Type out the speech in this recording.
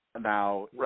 Now